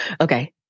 okay